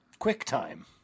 QuickTime